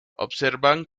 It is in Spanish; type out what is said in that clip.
observan